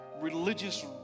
religious